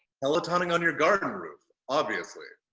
peloton'ing on your garden roof. obviously.